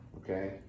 okay